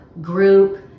group